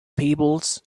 peebles